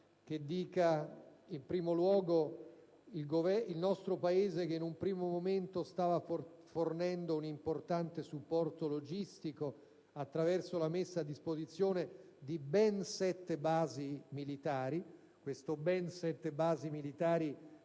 che dica: «Il nostro Paese che, in un primo momento stava fornendo un importante supporto logistico attraverso la messa a disposizione di ben sette basi militari». Questo «ben sette basi militari»